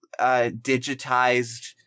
digitized